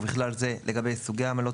ובכלל זה לגבי סוגי עמלות,